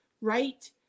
right